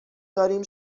داریم